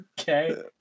okay